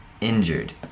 injured